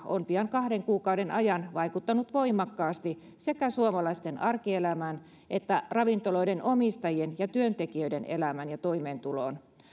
on pian kahden kuukauden ajan vaikuttanut voimakkaasti sekä suomalaisten arkielämään että ravintoloiden omistajien ja työntekijöiden elämään ja toimeentuloon